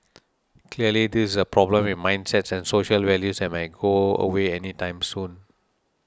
clearly this is a problem with mindsets and social values that might go away anytime soon